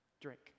Drink